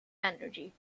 energy